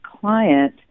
client